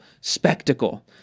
spectacle